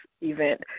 event